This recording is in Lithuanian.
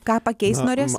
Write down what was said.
ką pakeist norės